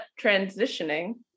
transitioning